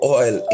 oil